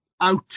out